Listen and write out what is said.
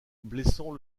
blessant